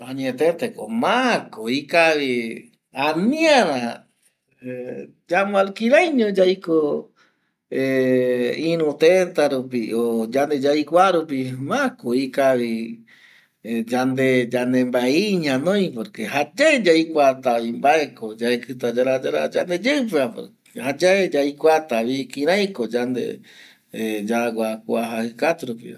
Añetete ko, maa ko ikavi ani ara yamboalquila i ño yaiko, iru teta rupi o yande yaikoa rupi. Ma ko ikavi yande, yande mbae i ñanoi; porque jayae yaikua ta vi mbae ko yaekɨta yará yará yandeyeɨ pe va, jayae yaikuata vi kirai ko yande yagua kua jajɨ katu rupi va.